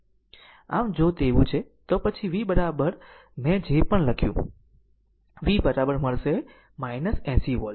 આમ જો તેવું છે તો પછી V મેં જે પણ લખ્યું V મળશે 80 વોલ્ટ 80 વોલ્ટ